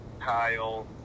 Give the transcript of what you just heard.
Kyle